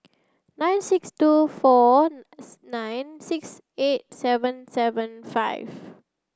nine six two four nine six eight seven seven five